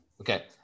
Okay